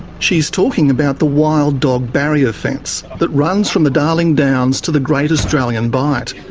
she's talking about the wild dog barrier fence that runs from the darling downs to the great australian bight.